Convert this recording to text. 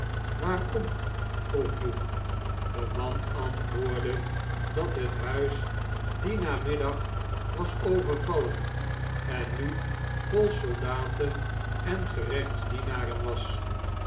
waarom vroeg hugh de man antwoordde dat het huis dien namiddag was overvallen en nu vol soldaten en gerechtsdienaren was